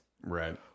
Right